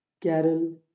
Carol